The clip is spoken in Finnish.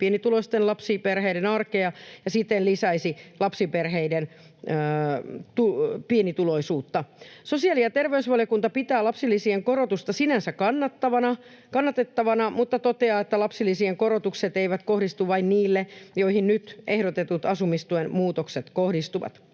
pienituloisten lapsiperheiden tuloja ja siten lisäisivät lapsiperheiden pienituloisuutta. Sosiaali- ja terveysvaliokunta pitää lapsilisien korotusta sinänsä kannatettavana mutta toteaa, että lapsilisien korotukset eivät kohdistu vain niille, joihin nyt ehdotetut asumistuen muutokset kohdistuvat.